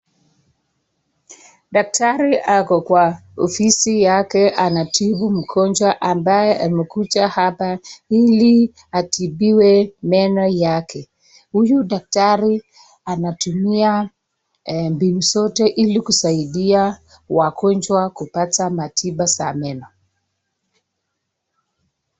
Daktari ako kwa ofisi yake anatibu mgonjwa ambaye amekuja hapa ili atibiwe meno yake. Huyu daktari anatumia mbinu zote ili kusaidia wagonjwa kupata matiba za meno.